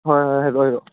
ꯍꯣꯏ ꯍꯣꯏ ꯍꯣꯏ